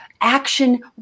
action